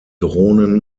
drohnen